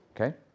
Okay